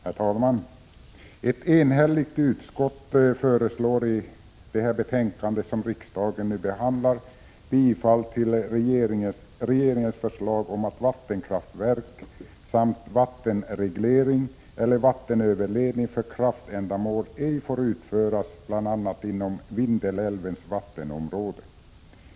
Herr talman! Ett enhälligt utskott föreslår i det betänkande som riksdagen nu behandlar bifall till regeringens förslag om att vattenkraftverk ej får byggas samt att vattenreglering eller vattenöverledning för kraftändamål ej får utföras bl.a. inom Vindelälvens vattenområde.